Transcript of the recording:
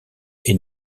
est